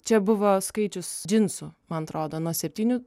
čia buvo skaičius džinsų man atrodo nuo septynių